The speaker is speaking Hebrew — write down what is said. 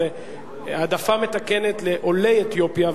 זה העדפה מתקנת לעולי אתיופיה,